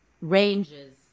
ranges